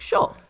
Sure